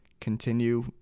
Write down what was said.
continue